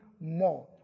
more